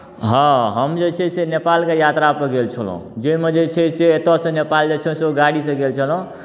हँ हम जे छै से नेपालके यात्रापर गेल छलहुँ जाहिमे जे छै से एतयसँ नेपाल जे छै से गाड़ीसँ गेल छलहुँ